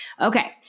Okay